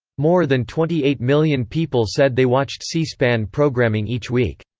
more than twenty eight million people said they watched c-span programming each week.